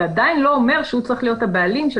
זה עדיין לא אומר שהוא צריך להיות הבעלים של